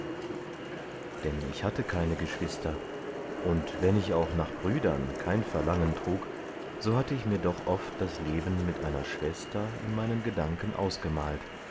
denn ich hatte keine geschwister und wenn ich auch nach brüdern kein verlangen trug so hatte ich mir doch oft das leben mit einer schwester in meinen gedanken ausgemalt